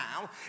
now